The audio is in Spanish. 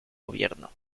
gobierno